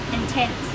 intense